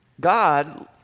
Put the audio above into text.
God